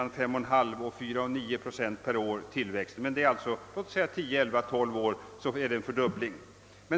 Kommittén anger en tillväxt på 5,5 procent och sedan 4,9 procent per år. Men låt oss säga att det om tio eller elva år skulle bli en fördubbling.